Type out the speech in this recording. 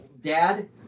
Dad